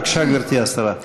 בבקשה, גברתי השרה.